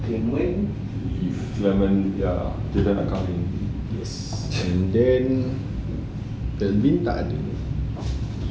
clement leave yes and then darlene tak ada